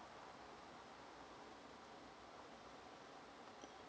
mm